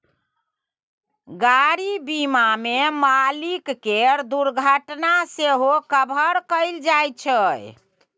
गाड़ी बीमा मे मालिक केर दुर्घटना सेहो कभर कएल जाइ छै